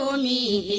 me